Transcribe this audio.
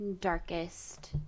darkest